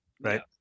right